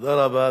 תודה רבה,